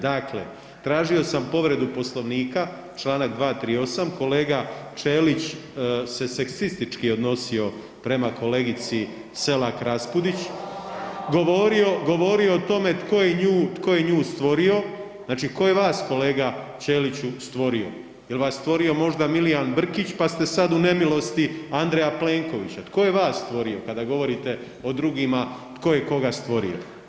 Dakle, tražio sam povredu Poslovnika, Članak 238. kolega Ćelić se seksistički odnosio prema kolegici Selak Raspudić govorio o tome tko je nju, tko je nju stvorio znači tko je vas kolega Ćeliću stvorio, jel vas stvorio Milijan Brkić pa ste sad u nemilosti Andreja Plenkovića, tko je vas stvorio kada govorite o drugima tko je koga stvorio.